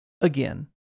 again